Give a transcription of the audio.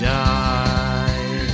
die